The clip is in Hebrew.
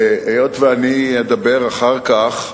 היות שאני אדבר אחר כך,